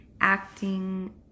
acting